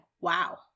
wow